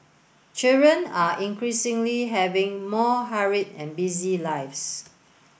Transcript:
children are increasingly having more hurried and busy lives